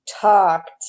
talked